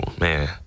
man